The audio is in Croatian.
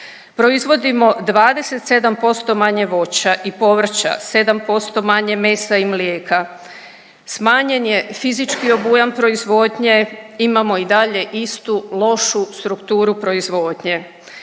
Proizvodimo 27% manje voća i povrća, 7% manje mesa i mlijeka, smanjen je fizički obujam proizvodnje, imamo i dalje istu lošu strukturu proizvodnje.